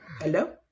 Hello